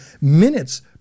minutes